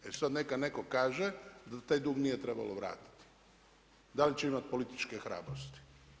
E sad neka netko kaže da taj dug nije trebalo vratiti, da li će imati političke hrabrosti.